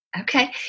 Okay